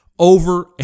Over